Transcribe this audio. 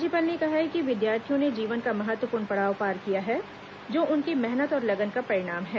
राज्यपाल ने कहा है कि विद्यार्थियों ने जीवन का महत्वपूर्ण पड़ाव पार किया है जो उनकी मेहनत और लगन का परिणाम है